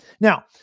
Now